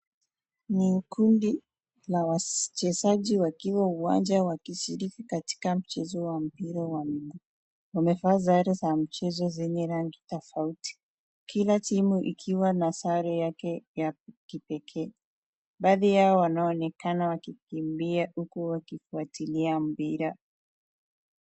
Ni kundi la wachezaji wakiwa uwanja wakishiriki katika mchezo wa mpira wa miguu. Wamevaa sare za mchezo zenye rangi tofauti. Kila timu ikiwa na sare yake ya kipekee. Baadhi yao wanaonekana wakikimbia uku wakifuatilia mpira.